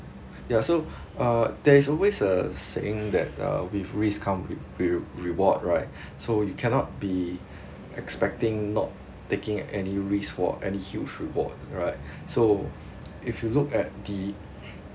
ya so uh there is always a saying that uh with risk come with re~ re~ reward right so you cannot be expecting not taking any risk for any huge reward right so if you look at the